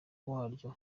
waryo